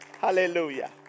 Hallelujah